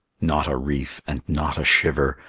not a reef and not a shiver,